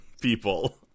people